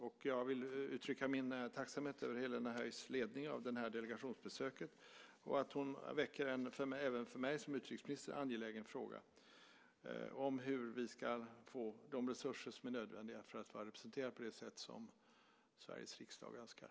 Och jag vill uttrycka min tacksamhet över Helena Höijs ledning av detta delegationsbesök och över att hon väcker en även för mig som utrikesminister angelägen fråga om hur vi ska få de resurser som är nödvändiga för att vara representerade på det sätt som Sveriges riksdag önskar.